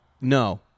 No